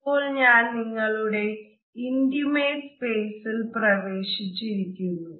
അപ്പോൾ ഞാൻ നിങ്ങളുടെ ഇന്റിമേറ്റ് സ്പേസിൽ പ്രവേശിച്ചിരിക്കുന്നു